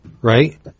right